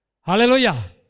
Hallelujah